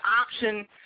option